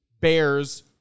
Bears